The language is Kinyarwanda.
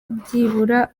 byibura